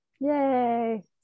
Yay